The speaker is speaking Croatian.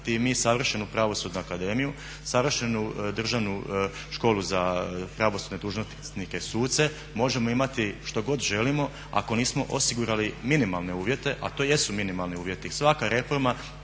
mi savršenu Pravosudnu akademiju, savršenu Državnu školu za …/Govornik se ne razumije./… dužnosnike suce, možemo imati što god želimo ako nismo osigurali minimalne uvjete a to jesu minimalni uvjeti i svaka reforma